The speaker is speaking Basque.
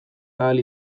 ahal